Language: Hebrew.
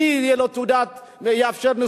מי יאפשר נישואים,